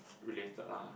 related lah